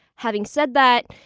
having said that,